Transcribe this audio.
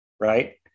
right